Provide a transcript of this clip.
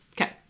Okay